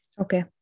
Okay